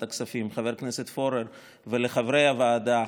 הכספים חבר הכנסת פורר ולחברי הוועדה,